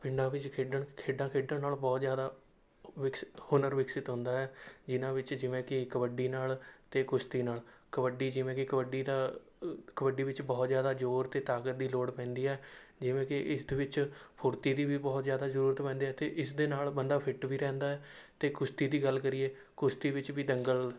ਪਿੰਡਾਂ ਵਿੱਚ ਖੇਡਣ ਖੇਡਾਂ ਖੇਡਣ ਨਾਲ ਬਹੁਤ ਜ਼ਿਆਦਾ ਵਿਕਸ ਹੁਨਰ ਵਿਕਸਤ ਹੁੰਦਾ ਹੈ ਜਿਨ੍ਹਾਂ ਵਿੱਚ ਜਿਵੇਂ ਕਿ ਕਬੱਡੀ ਨਾਲ ਅਤੇ ਕੁਸ਼ਤੀ ਨਾਲ ਕਬੱਡੀ ਜਿਵੇਂ ਕਿ ਕਬੱਡੀ ਤਾਂ ਕਬੱਡੀ ਵਿੱਚ ਬਹੁਤ ਜ਼ਿਆਦਾ ਜ਼ੋਰ ਅਤੇ ਤਾਕਤ ਦੀ ਲੋੜ ਪੈਂਦੀ ਹੈ ਜਿਵੇਂ ਕਿ ਇਸ ਦੇ ਵਿੱਚ ਫੁਰਤੀ ਦੀ ਵੀ ਬਹੁਤ ਜ਼ਿਆਦਾ ਜ਼ਰੂਰਤ ਪੈਂਦੀ ਹੈ ਅਤੇ ਇਸ ਦੇ ਨਾਲ ਬੰਦਾ ਫਿੱਟ ਵੀ ਰਹਿੰਦਾ ਹੈ ਅਤੇ ਕੁਸ਼ਤੀ ਦੀ ਗੱਲ ਕਰੀਏ ਕੁਸ਼ਤੀ ਵਿੱਚ ਵੀ ਦੰਗਲ